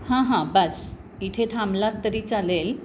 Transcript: हां हां बास इथे थांबलात तरी चालेल